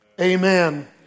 Amen